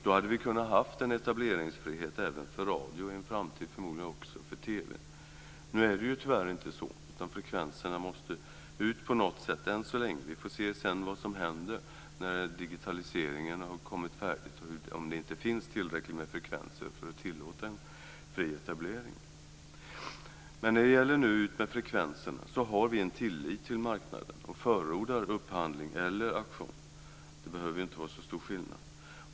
Då hade vi kunnat ha en etableringsfrihet även för radio i en framtid och förmodligen också för TV. Nu är det tyvärr inte så, utan frekvenserna måste ut på något sätt än så länge. Vi får se vad som händer sedan när digitaliseringen har blivit färdigt, om det då inte finns tillräckligt med frekvenser för att tillåta en fri etablering. Men när det nu gäller frekvenserna har vi en tillit till marknaden och förordar upphandling eller auktion. Det behöver ju inte vara så stor skillnad.